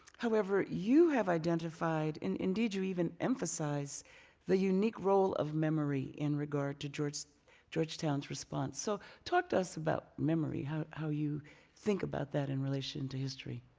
however, you have identified, and indeed you even emphasize the unique role of memory in regard to georgetown's georgetown's response. so talk to us about memory, how how you think about that in relation to history.